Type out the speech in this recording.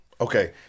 Okay